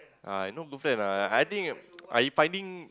uh I no good friend lah I think I finding